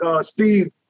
Steve